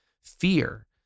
fear